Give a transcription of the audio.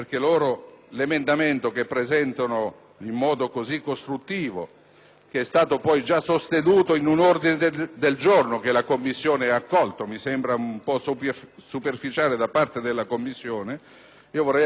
che è stato sostenuto in un ordine del giorno che la Commissione ha accolto, e ciò mi sembra un po' superficiale da parte della Commissione. Vorrei attirare l'attenzione sul fatto che c'è anche un altro emendamento, che ho presentato.